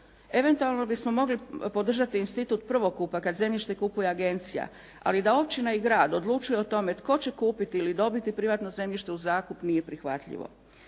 Eventualno bismo mogli podržati institut prvokupa kad zemljište kupuje agencija, ali da općina i grad odlučuju o tome tko će kupiti ili dobiti privatno zemljište u zakup nije prihvatljivo.